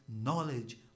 knowledge